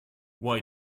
why